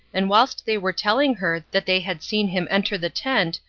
and whilst they were telling her that they had seen him enter the tent,